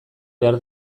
behar